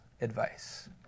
advice